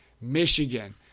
Michigan